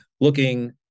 looking